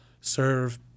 serve